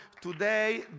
Today